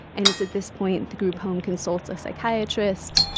and it's at this point, the group home consults a psychiatrist.